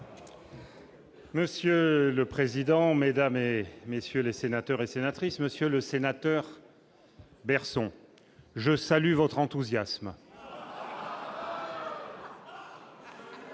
Monsieur le président, Mesdames et messieurs les sénateurs et sénatrices, Monsieur le Sénateur, Berson, je salue votre enthousiasme.